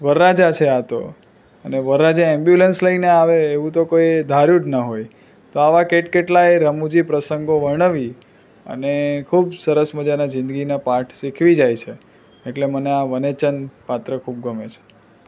વરરાજા છે આ તો અને વરરાજા એંબ્યુલન્સ લઈને આવે એવું તો કોઈએ ધાર્યું જ ન હોય તો આવા કેટ કેટલાય રમૂજી પ્રસંગો વર્ણવી અને ખૂબ સરસ મજાનાં જિંદગીના પાઠ શીખવી જાય છે એટલે મને આ વનેચંદ પાત્ર ખૂબ ગમે છે